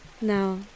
Now